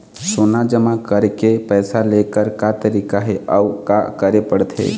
सोना जमा करके पैसा लेकर का तरीका हे अउ का करे पड़थे?